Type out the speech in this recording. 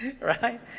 Right